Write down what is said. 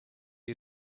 you